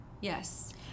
yes